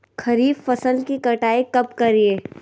खरीफ फसल की कटाई कब करिये?